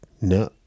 no